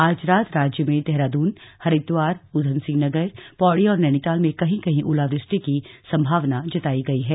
आज रात राज्य में देहरादून हरिद्वार ऊधमसिंह नगर पौड़ी और नैनीताल में कहीं कहीं ओलावृष्टि की संभावनी जतायी गई है